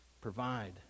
provide